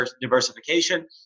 diversification